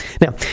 Now